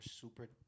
super